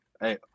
hey